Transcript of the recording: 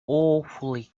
awfully